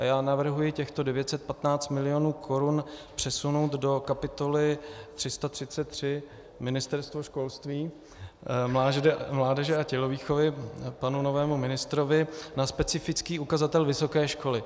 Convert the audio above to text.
Já navrhuji těchto 915 mil. korun přesunout do kapitoly 333 Ministerstvo školství, mládeže a tělovýchovy panu novému ministrovi na specifický ukazatel vysoké školy.